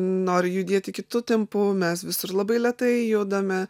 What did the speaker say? nori judėti kitu tempu mes visur labai lėtai judame